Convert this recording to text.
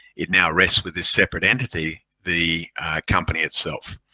it now rests with the separate entity, the company itself.